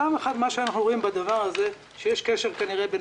אנחנו רואים כאן שיש קשר כנראה בין